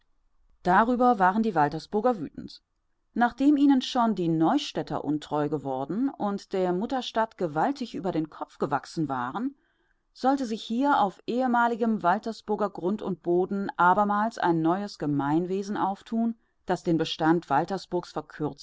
darüber waren die waltersburger wütend nachdem ihnen schon die neustädter untreu geworden und der mutterstadt gewaltig über den kopf gewachsen waren sollte sich hier auf ehemaligem waltersburger grund und boden abermals ein neues gemeinwesen auftun das den bestand